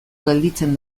gelditzen